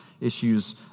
issues